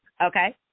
Okay